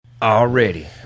already